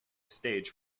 stage